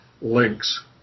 links